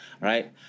right